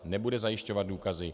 Nebude zajišťovat důkazy.